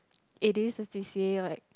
it is a C_C_A like